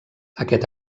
aquest